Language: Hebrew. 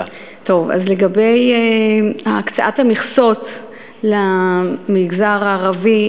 לגבי הקצאת המכסות למגזר הערבי,